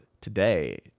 today